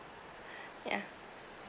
ya